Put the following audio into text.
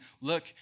look